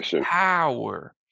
power